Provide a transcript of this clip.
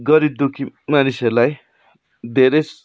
गरिब दुःखी मानिसहरूलाई धेरै